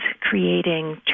creating